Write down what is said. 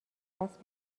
دست